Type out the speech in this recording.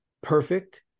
perfect